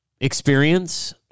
experience